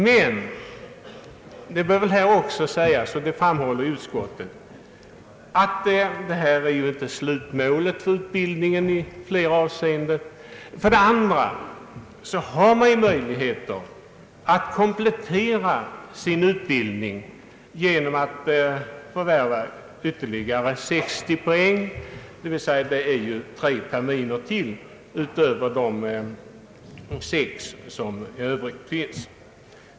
Som utskottet också framhåller är emellertid denna examen ofta inte slutmålet för utbildningen. Möjligheter finns att komplettera utbildningen genom att vederbörande förvärvar ytterligare 60 poäng, dvs. studerar tre terminer utöver de sex som i övrigt är bestämda.